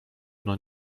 ono